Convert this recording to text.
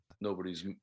Nobody's